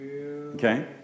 Okay